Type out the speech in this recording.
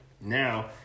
now